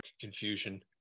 confusion